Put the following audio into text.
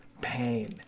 Pain